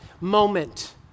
moment